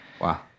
Wow